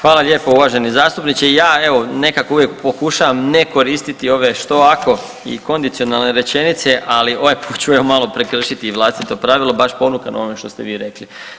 Hvala lijepo uvaženi zastupniče, ja evo nekako pokušavam ne koristiti ove što ako i kondicionalne rečenice ali ovaj put ću evo malo prekršiti i vlastito pravilo baš ponukan ovime što ste vi rekli.